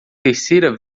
terceira